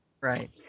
Right